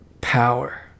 power